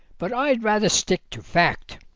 but i'd rather stick to fact,